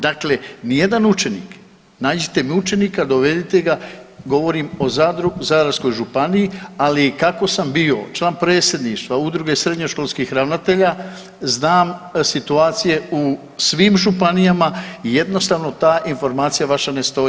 Dakle, ni jedan učenik, nađite mi učenika, dovedite ga, govorim o Zadru, Zadarskoj županiji, ali kako sam bio član predsjedništva udruge srednjoškolskih ravnatelja znam situacije u svim županijama i jednostavno ta informacija vaša ne stoji.